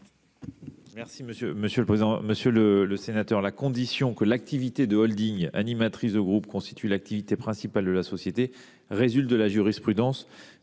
l’avis du Gouvernement ? Monsieur le sénateur, la condition que l’activité de holding animatrice de groupe constitue l’activité principale de la société résulte de la jurisprudence